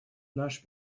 наш